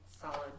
solid